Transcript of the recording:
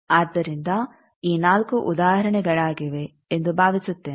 ಆದ್ದರಿಂದ ಈ ನಾಲ್ಕು ಉದಾಹರಣೆಗಳಾಗಿವೆ ಎಂದು ಭಾವಿಸುತ್ತೇನೆ